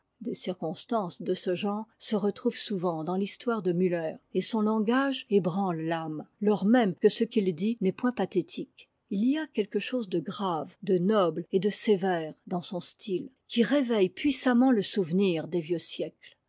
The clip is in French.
des circonstances de ce genre se retrouvent souvent dans l'histoire de muher et son langage ébranle ame iors même que ce qu'il dit n'est point pathétique il y a quelque chose de grave de noble et de sévère dans son style qui réveillé puissamment le souvenir des vieux siècles